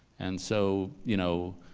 and so, you know,